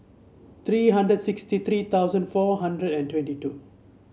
three hundred sixty three thousand four hundred and twenty two